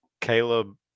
Caleb